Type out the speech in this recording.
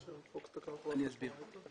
אני אסביר.